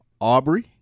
Aubrey